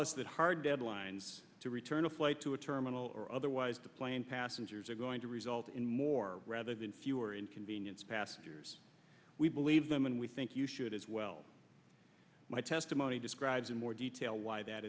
us that hard deadlines to return a flight to a terminal or otherwise the plane passengers are going to result in more rather than fewer inconvenience passengers we believe them and we think you should as well my testimony describes in more detail why that